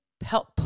help